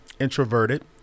introverted